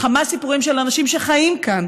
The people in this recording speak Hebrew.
בכמה סיפורים של אנשים שחיים כאן,